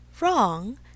Wrong